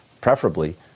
preferably